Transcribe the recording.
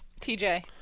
TJ